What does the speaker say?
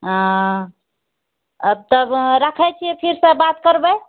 तऽ रखै छी फिरसे बात करबै